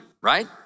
right